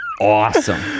awesome